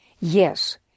Yes